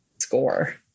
score